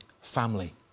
family